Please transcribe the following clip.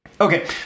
Okay